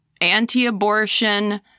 anti-abortion